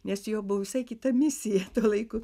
nes jo buvo visai kita misija tuo laiku